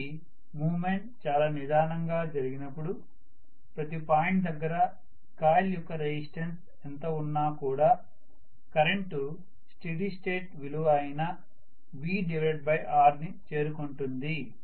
కాబట్టి మూవ్మెంట్ చాలా నిదానంగా జరిగినపుడు ప్రతి పాయింట్ దగ్గర కాయిల్ యొక్క రెసిస్టన్స్ ఎంత ఉన్నా కూడా కరెంటు స్టీడి స్టేట్ విలువ అయిన VRని చేరుకుంటుంది